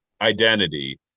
identity